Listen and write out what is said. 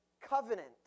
covenant